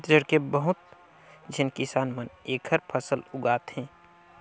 छत्तीसगढ़ के बहुत झेन किसान मन एखर फसल उगात हे